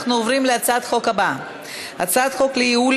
אנחנו עוברים להצעת החוק הבאה: הצעת חוק לייעול